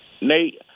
Nate